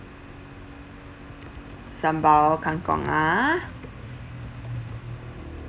sambal kangkong ah